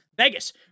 Vegas